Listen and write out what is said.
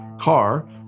car